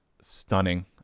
Stunning